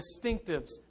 distinctives